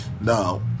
now